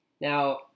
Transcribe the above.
Now